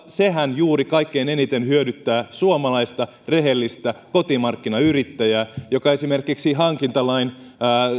sehän juuri kaikkein eniten hyödyttää suomalaista rehellistä kotimarkkinayrittäjää joka esimerkiksi hankintalain